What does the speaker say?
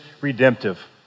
redemptive